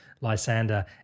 Lysander